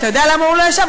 אתה יודע למה הוא לא ישב?